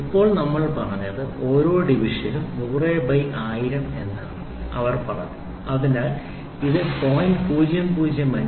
ഇപ്പോൾ നമ്മൾ പറഞ്ഞത് ഓരോ ഡിവിഷനും 100 ബൈ 1000 ആണെന്ന് അവർ പറഞ്ഞു അതിനാൽ ഇത് 0